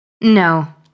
No